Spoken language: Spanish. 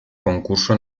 concurso